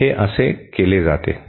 हे असे केले जाते